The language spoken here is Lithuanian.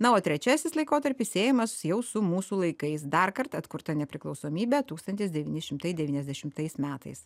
na o trečiasis laikotarpis siejamas jau su mūsų laikais dar kartą atkurta nepriklausomybe tūkstantis devyni šimtai devyniasdešimtais metais